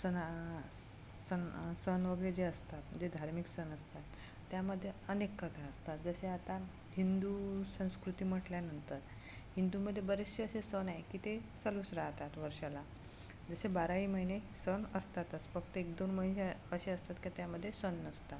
सण सण सण वगैरे जे असतात जे धार्मिक सण असतात त्यामध्ये अनेक कथा असतात जसे आता हिंदू संस्कृती म्हटल्यानंतर हिंदूमध्ये बरेचसे असे सण आहे की ते चालूच राहतात वर्षाला जसे बाराही महिने सण असतातच फक्त एक दोन महिने असे असतात की त्यामध्ये सण नसतात